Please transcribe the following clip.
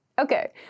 Okay